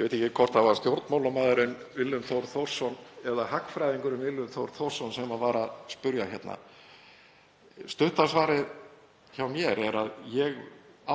Ég veit ekki hvort það var stjórnmálamaðurinn Willum Þór Þórsson eða hagfræðingurinn Willum Þór Þórsson sem var að spyrja hérna. Stutta svarið hjá mér er að ég